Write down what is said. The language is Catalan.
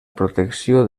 protecció